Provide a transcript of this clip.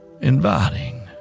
inviting